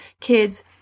kids